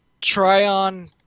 Tryon